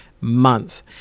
month